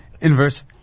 Inverse